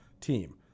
team